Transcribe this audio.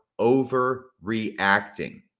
overreacting